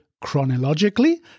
chronologically